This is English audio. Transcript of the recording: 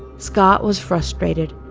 scott was frustrated.